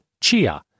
Chia